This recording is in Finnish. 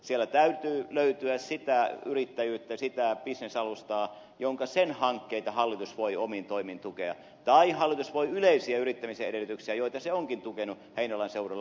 sieltä täytyy löytyä sitä yrittäjyyttä sitä bisnesalustaa jonka hankkeita hallitus voi omin toimin tukea tai hallitus voi tukea yleisiä yrittämisen edellytyksiä joita se onkin tukenut heinolan seudulla